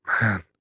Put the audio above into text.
man